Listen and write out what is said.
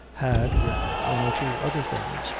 had, with one or two other things,